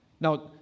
Now